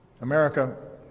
America